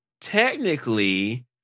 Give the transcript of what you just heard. Technically